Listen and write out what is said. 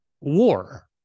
war